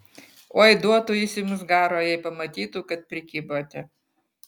oi duotų jis jums garo jei pamatytų kad prikibote